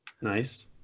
Nice